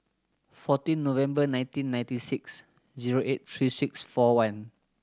fourteen November nineteen ninety six zero eight three six four one